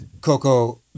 Coco